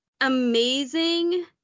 amazing